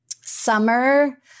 Summer